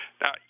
Now